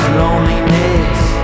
loneliness